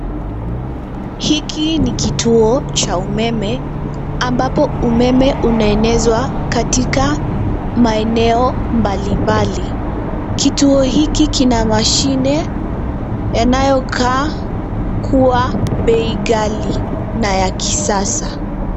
Hiki ni kituo cha umeme ambapo umeme unaenezwa katika maeneo mbalimbali. Kituo hiki kina mashine yanayokaa kuwa bei ghali na ya kisasa.